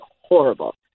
horrible